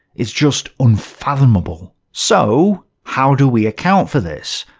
is just unfathomable. so, how do we account for this?